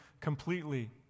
completely